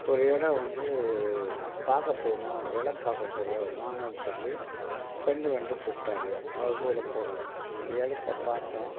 ஒரு இடம் வந்து பார்க்க போகணும் இடம் பார்க்க போகணும் வாங்க சொல்லி ஃப்ரெண்டு வந்து கூப்பிட்டாரு அவர்க்கூட போனோம் இடத்த பார்த்தோம்